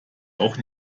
auch